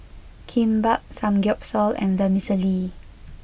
Kimbap Samgeyopsal and Vermicelli